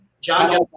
John